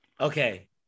Okay